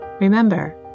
Remember